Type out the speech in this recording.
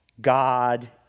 God